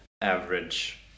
average